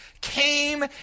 came